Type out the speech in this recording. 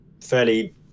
fairly